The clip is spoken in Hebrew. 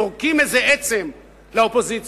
זורקים איזו עצם לאופוזיציה.